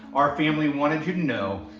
our family wanted you to know,